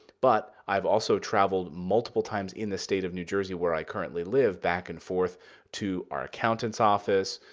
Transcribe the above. but i've also traveled multiple times in the state of new jersey, where i currently live back and forth to our accountant's office,